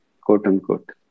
quote-unquote